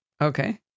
Okay